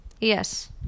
Yes